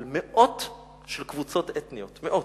על מאות של קבוצות אתניות, מאות.